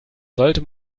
sollte